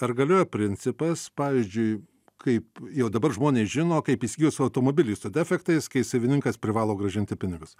ar galioja principas pavyzdžiui kaip jau dabar žmonės žino kaip įsigijus automobilį su defektais kai savininkas privalo grąžinti pinigus